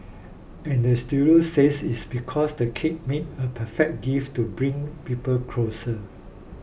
and the studio says it's because the cake make a perfect gift to bring people closer